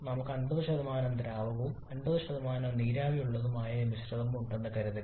നമുക്ക് 50 ദ്രാവകവും 50 നീരാവി ഉള്ളതുമായ ഒരു മിശ്രിതം ഉണ്ടെന്ന് കരുതുക